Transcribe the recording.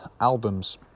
albums